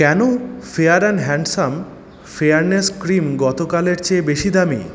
কেন Fair and Handsome fairness cream গতকালের চেয়ে বেশি দামি